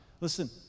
listen